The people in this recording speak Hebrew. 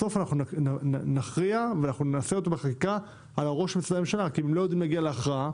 בסוף נכריע ונעשה זאת בחקיקה על ראש משרדי הממשלה כי אם לא נגיע להכרעה,